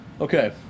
Okay